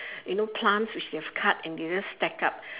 you know plants which they have just cut and they just stack up